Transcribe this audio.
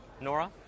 Nora